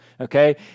Okay